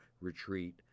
retreat